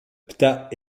ptah